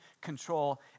control